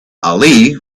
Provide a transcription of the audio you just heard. ali